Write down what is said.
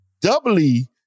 doubly